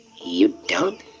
you don't!